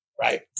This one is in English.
right